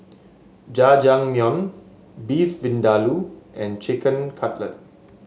Jajangmyeon Beef Vindaloo and Chicken Cutlet